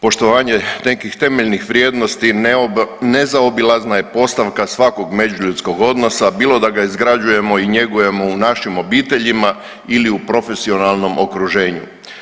Poštovanje nekih temeljnih vrijednosti nezaobilazna je postavka svakog međuljudskog odnosa, bilo da ga izgrađujemo i njegujemo u našim obiteljima ili u profesionalnom okruženju.